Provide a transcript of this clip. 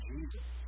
Jesus